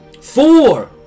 Four